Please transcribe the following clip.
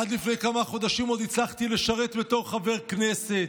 עד לפני כמה חודשים עוד הצלחתי לשרת בתור חבר כנסת.